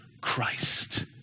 Christ